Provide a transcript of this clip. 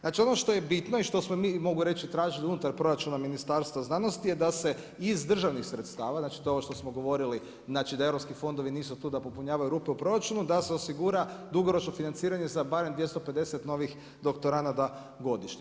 Znači, ono što je bitno i ono što smo mi mogu reći tražili unutar proračuna Ministarstva znanosti da se iz državnih sredstava znači, to je ovo što smo govorili da europski fondovi nisu tu da popunjavaju rupe u proračunu da se osigura dugoročno financiranje za barem 250 novih doktoranata godišnje.